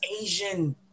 Asian